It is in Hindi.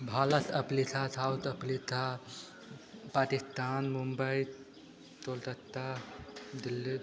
Bharat Africa South Africa Pakistan Mumbai Kolkata Delhi